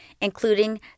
including